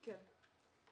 כן.